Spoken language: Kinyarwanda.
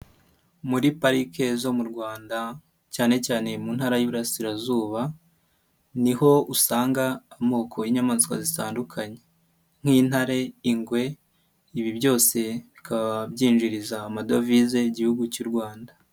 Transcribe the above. Muri pariki zo mu Rwanda cyane cyane mu ntara y'Iburasirazuba, niho usanga amoko y'inyamaswa zitandukanye nk'intarare, ingwe, ibi byose bikaba byinjiriza amadovize igihugu cy'u Rwanda.